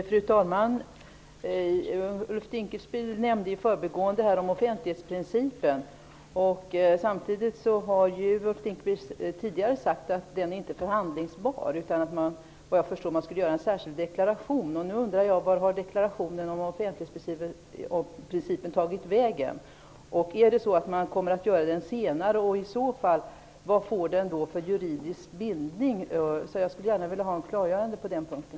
Fru talman! Ulf Dinkelspiel nämnde i förbigående offentlighetsprincipen. Tidigare har Ulf Dinkelspiel sagt att den inte är förhandlingsbar. Enligt vad jag förstår skulle man göra en särskild deklaration. Nu undrar jag: Vart har deklarationen om offentlighetsprincipen tagit vägen? Kommer man att göra den senare? Vilken juridisk bindning får den i så fall? Jag skulle gärna vilja ha ett klargörande på den punkten.